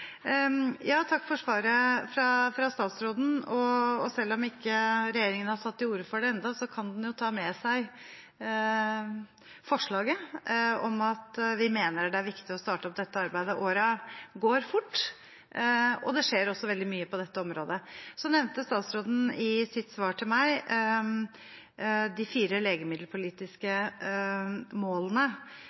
Takk for svaret fra statsråden. Selv om ikke regjeringen har tatt til orde for det ennå, kan den jo ta med seg forslaget om at vi mener det er viktig å starte opp dette arbeidet. Årene går fort, og det skjer også veldig mye på dette området. Statsråden nevnte de fire legemiddelpolitiske målene i sitt svar til meg,